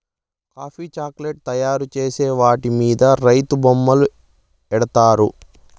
coffee chocolate తయారు చేసిన వాటి మీద రైతులు బొమ్మలు ఏత్తారు